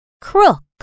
crook